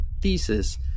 thesis